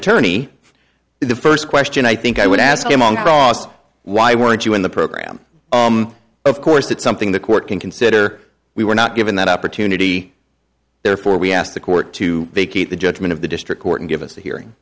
attorney the first question i think i would ask him on cross why weren't you in the program of course that's something the court can consider we were not given that opportunity therefore we asked the court to vacate the judgment of the district court and give us a hearing